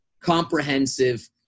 comprehensive